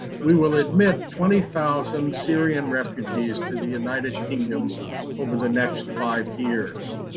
we will admit twenty thousand syrian refugees to the united kingdom over the next five years.